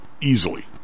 easily